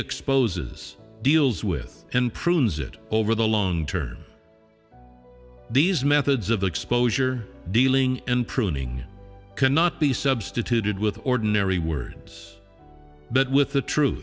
exposes deals with and proves it over the long term these methods of exposure dealing and pruning cannot be substituted with ordinary words but with the truth